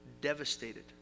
Devastated